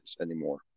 anymore